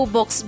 Box